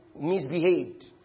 misbehaved